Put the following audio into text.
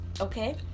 Okay